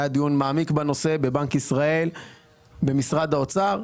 היה דיון מעמיק בנושא הזה בבנק ישראל ובמשרד האוצר.